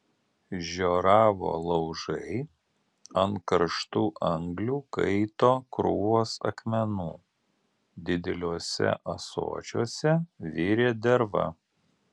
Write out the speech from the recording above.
žioravo laužai ant karštų anglių kaito krūvos akmenų dideliuose ąsočiuose virė derva